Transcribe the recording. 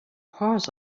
paws